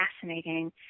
fascinating